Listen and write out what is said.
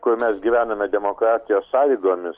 kur mes gyvename demokratijos sąlygomis